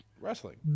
Wrestling